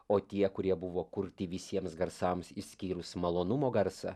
o tie kurie buvo kurti visiems garsams išskyrus malonumo garsą